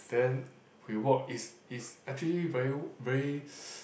then we walk is is actually very very